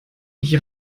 mich